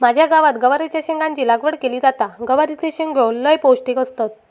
माझ्या गावात गवारीच्या शेंगाची लागवड केली जाता, गवारीचे शेंगो लय पौष्टिक असतत